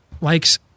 likes